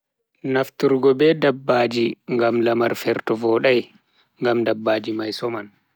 Naftturgo be dabbaji ngam lamar ferto vodai. Ngam dabbaji mai soman.